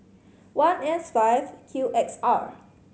one S five Q X R